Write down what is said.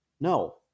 No